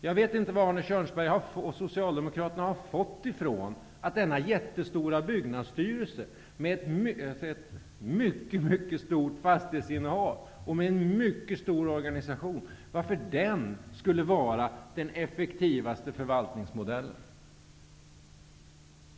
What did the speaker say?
Jag vet inte varifrån Arne Kjörnsberg och Socialdemokraterna har fått uppfattningen att denna jättestora byggnadsstyrelse, med ett mycket mycket stort fastighetsinnehav och med en mycket stor organisation, skulle vara den effektivaste förvaltningsmodellen.